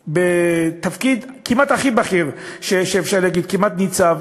בתפקיד כמעט הכי בכיר שאפשר להגיד, כמעט ניצב,